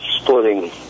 splitting